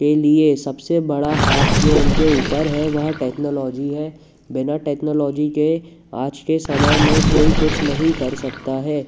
के लिए सबसे बड़ा हाथ जो उनके ऊपर है वह टेक्नोलॉजी है बिना टेक्नोलॉजी के आज के समय में कोई कुछ नहीं कर सकता है